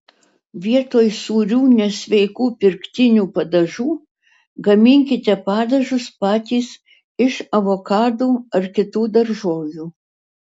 vietoj sūrių nesveikų pirktinių padažų gaminkite padažus patys iš avokadų ar kitų daržovių